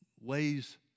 ways